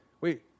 wait